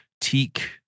teak